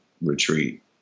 retreat